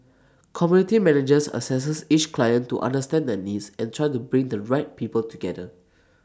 community managers assess each client to understand their needs and try to bring the right people together